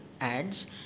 ads